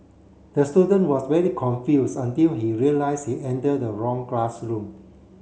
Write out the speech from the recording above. the student was very confused until he realise he entered the wrong classroom